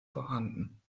vorhanden